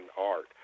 art